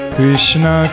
Krishna